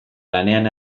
lanean